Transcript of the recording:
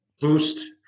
boost